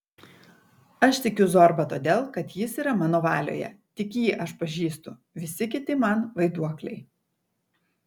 aš tikiu zorba todėl kad jis yra mano valioje tik jį aš pažįstu visi kiti man vaiduokliai